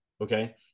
okay